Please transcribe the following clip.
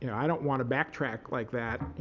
yeah i don't want to backtrack like that.